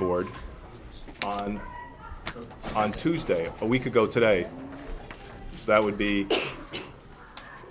board and on tuesday a week ago today that would be